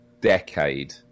decade